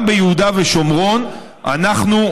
גם ביהודה ושומרון אנחנו,